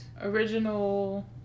original